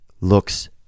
looks